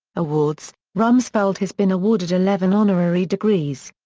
awards rumsfeld has been awarded eleven honorary degrees.